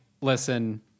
listen